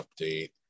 update